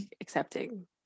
accepting